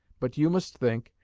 but you must think,